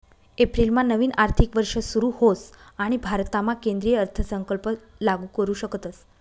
एप्रिलमा नवीन आर्थिक वर्ष सुरू होस आणि भारतामा केंद्रीय अर्थसंकल्प लागू करू शकतस